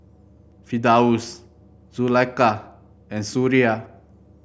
Firdaus Zulaikha and Suria